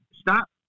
stop